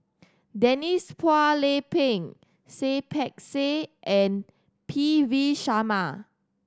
Denise Phua Lay Peng Seah Peck Seah and P V Sharma